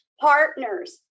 Partners